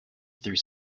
through